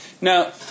Now